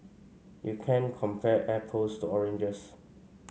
you can't compare apples to oranges